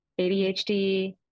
adhd